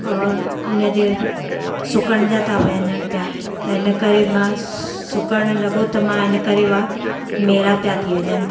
और उन जे सुकड़जा था वञनि पिया त इन करे मां सुकड़ लॻो त मां इन करे मां मेरा पिया थी वञनि